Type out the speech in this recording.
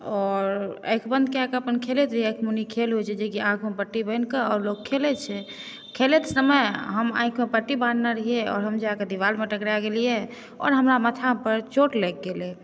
आओर आँखि बन्द कऽ कऽ अपन खेलैत रही आँखि मुन्नी खेल होइ छै जेकि आँखिमे पट्टी बान्हि कऽ आओर लोक खेलै छै खेलैत समय हम आँखिमे पट्टी बान्हने रहियै आओर जा कऽ दीवालमे टकरा गेलिए आओर हमरा मथापर चोट लागि गेलै